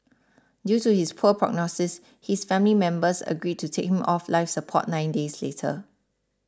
due to his poor prognosis his family members agreed to take him off life support nine days later